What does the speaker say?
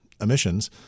emissions